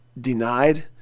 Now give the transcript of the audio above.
denied